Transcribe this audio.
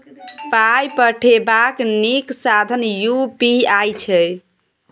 पाय पठेबाक नीक साधन यू.पी.आई छै